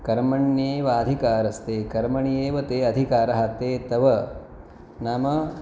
कर्मण्येवाधिकारस्ते कर्मणि एव ते अधिकारः ते तव नाम